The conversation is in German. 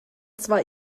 zwar